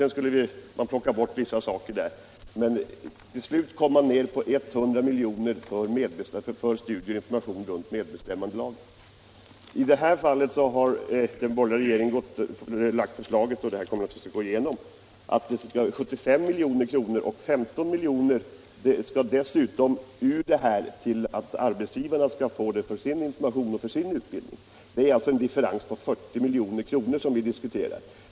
Sedan skulle man plocka bort vissa saker. Till slut kom man ned till 100 milj.kr. för studier I detta fall har den borgerliga regeringen framlagt förslaget — vilket givetvis kommer att gå igenom — om 75 milj.kr. Ur detta belopp skall arbetsgivarna få 15 milj.kr. för sin information och utbildning. Det är alltså en differens på 40 milj.kr. som vi diskuterar.